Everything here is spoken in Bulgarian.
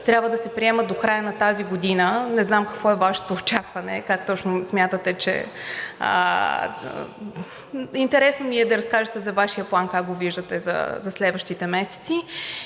трябва да се приемат до края на тази година. Не знам какво е Вашето очакване, как точно смятате, интересно ми е да разкажете за Вашия план – как го виждате за следващите месеци.